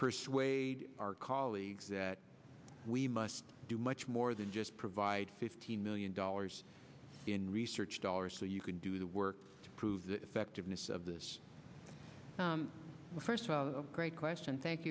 persuade our colleagues that we must do much more than just provide fifty million dollars in research dollars so you can do the work to prove that effectiveness of this first of all the great question thank